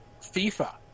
FIFA